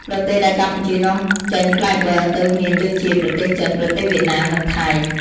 ប្រទេសដែលកម្ពុជានាំចេញផ្លែបឺរទៅមានដូចជា ប្រទេសចិន ប្រទេសវៀតណាម និងថៃ។